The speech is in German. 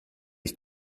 ich